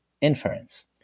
inference